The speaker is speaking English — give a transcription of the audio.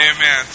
Amen